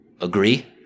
agree